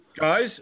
Guys